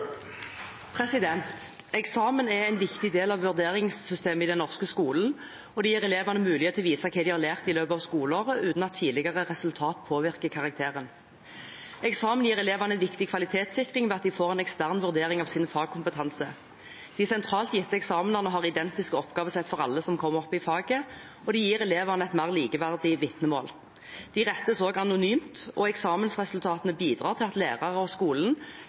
Hagerup. Eksamen er en viktig del av vurderingssystemet i den norske skolen, og det gir elevene mulighet til å vise hva de har lært i løpet av skoleåret uten at tidligere resultat påvirker karakteren. Eksamen gir elevene viktig kvalitetssikring ved at de får en ekstern vurdering av sin fagkompetanse. De sentralt gitte eksamenene har identiske oppavesett for alle som kommer opp i faget, og de gir elevene et mer likeverdig vitnemål. De rettes også anonymt, og eksmensresultatene bidrar til at lærere og skolen